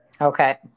Okay